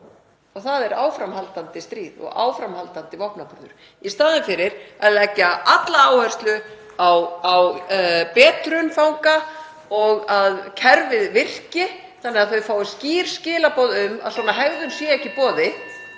þ.e. áframhaldandi stríð og áframhaldandi vopnaburður, í staðinn fyrir að leggja alla áherslu á betrun fanga og að kerfið virki þannig að þeir fái skýr skilaboð um að svona hegðun sé ekki í boði.